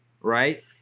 right